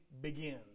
begins